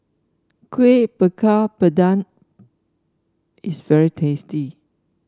Kuih Bakar Pandan is very tasty